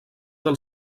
del